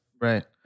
Right